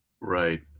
Right